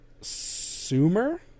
Sumer